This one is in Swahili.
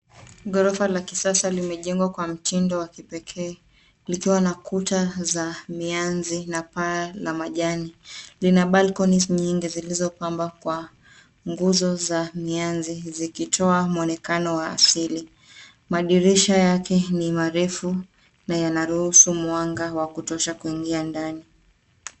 Ghorofa la kisasa limejengwa kwa mtindo wa kipekee likiwa na kuta za mianzi na paa la majani. Lina balconies nyingi zilizopambwa kwa nguzo za mianzi zikitoa mwonekano wa asili. Madirisha yake ni marefu na yanaruhusu mwanga wa kutosha kuingia ndani.